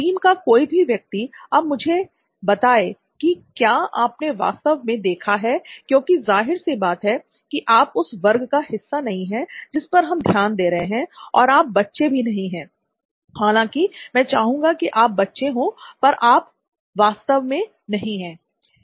team का कोई भी व्यक्ति अब मुझे बताएं की क्या आपने वास्तव में देखा है क्योंकि जाहिर सी बात है कि आप उस वर्ग का हिस्सा नहीं है जिस पर हम ध्यान दे रहे हैं और आप अब बच्चे भी नहीं हैं हालांकि मैं चाहूँगा कि आप बच्चे हो पर वास्तव में आप हैं नहीं